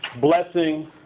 blessing